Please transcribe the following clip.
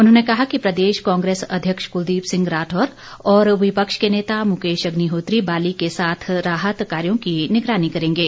उन्होंने कहा कि प्रदेश कांग्रेस अध्यक्ष कुलदीप सिंह राठौर और विपक्ष के नेता मुकेश अग्निहोत्री बाली के साथ राहत कार्यो की निगरानी करेंगे